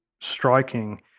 striking